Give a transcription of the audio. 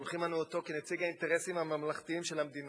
שולחים אנו אותו כנציג האינטרסים הממלכתיים של המדינה